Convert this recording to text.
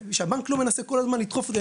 כשהבנק לא ינסה כל הזמן לדחוף את זה,